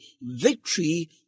victory